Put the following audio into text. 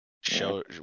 show